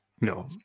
No